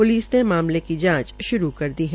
police ने मामले की जांच शुरू कर दी है